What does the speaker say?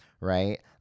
Right